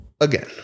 Again